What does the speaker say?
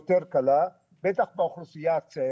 ביקשנו תמונת מצב קצרה בנושא הקורונה במדינת